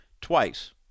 twice